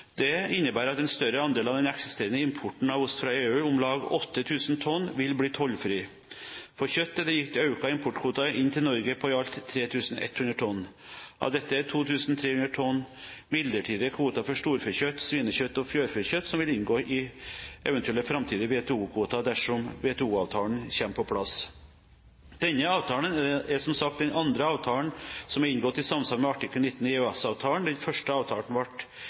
Det innebærer at en større andel av den eksisterende importen av ost fra EU – om lag 8 000 tonn – vil bli tollfri. For kjøtt er det gitt økte importkvoter inn til Norge på i alt 3 100 tonn. Av dette er 2 300 tonn midlertidige kvoter for storfekjøtt, svinekjøtt og fjørfekjøtt som vil inngå i eventuelle framtidige WTO-kvoter, dersom WTO-avtalen kommer på plass. Denne avtalen er, som sagt, den andre avtalen som er inngått i samsvar med artikkel 19 i EØS-avtalen. Den første avtalen ble